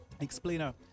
explainer